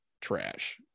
trash